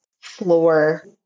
floor